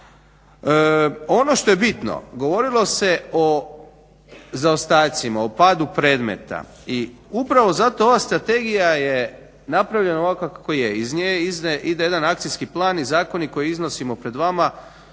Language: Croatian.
Ono što je bitno, govorilo se o zaostacima, o padu predmeta i upravo zato ova strategija je napravljena ovako kako je, iz nje ide jedan akcijski plan i zakoni koji iznosimo pred vama